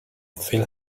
phil